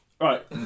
Right